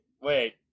wait